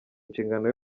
inshingano